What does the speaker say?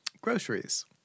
Groceries